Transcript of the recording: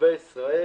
לתושבי ישראל